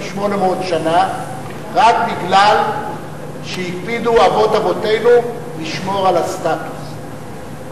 אנחנו יהודים 3,800 שנה רק כי הקפידו אבות אבותינו לשמור על הסטטוס.